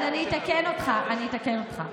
אז אני אתקן אותך, אני אתקן אותך.